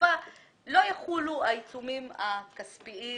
נלווה כסף.